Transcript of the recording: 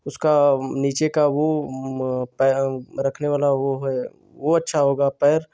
उसका नीचे का वो पर रखने वाला वो है वो अच्छा होगा पैर